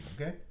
okay